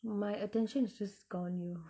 my attention is just gone yo